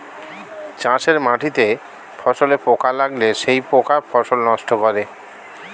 চাষের মাটিতে ফসলে পোকা লাগলে সেই পোকা ফসল নষ্ট করে